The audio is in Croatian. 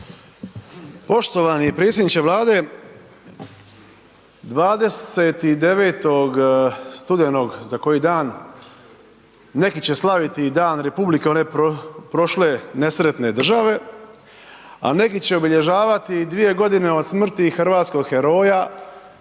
Poštovani predsjedniče Vlade, 29. studenog, za koji dan, neki će slaviti dan republike, one prošle, nesretne države a neki će obilježavati 2 g. od smrti hrvatskog heroja